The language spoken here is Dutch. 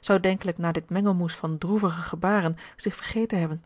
zou denkelijk na dit mengelmoes van droevige gebaren zich vergeten hebben